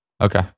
Okay